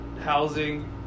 housing